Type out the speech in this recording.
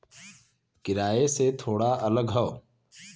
किराए से थोड़ा अलग हौ